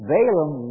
Balaam